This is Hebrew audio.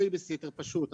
בייביסיטר פשוט,